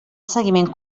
seguiment